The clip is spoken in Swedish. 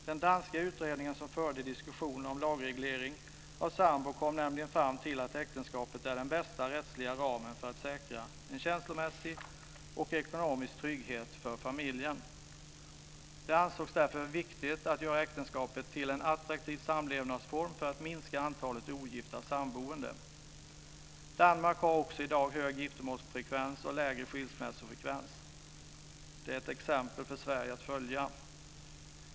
Den danska utredningen som förde diskussioner om lagreglering av sambor kom nämligen fram till att äktenskapet är den bästa rättsliga ramen för att säkra en känslomässig och ekonomisk trygghet för familjen. Det ansågs därför viktigt att göra äktenskapet till en attraktiv samlevnadsform för att minska antalet ogifta samboende. Danmark har också i dag hög giftermålsfrekvens och lägre skilsmässofrekvens. Det är ett exempel för Sverige att följa.